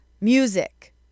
Music